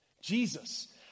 Jesus